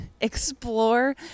explore